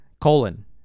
colon